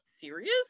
serious